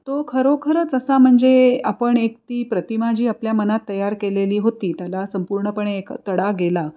तो खरोखरच असा म्हणजे आपण एक ती प्रतिमा जी आपल्या मनात तयार केलेली होती त्याला संपूर्णपणे एक तडा गेला